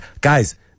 guys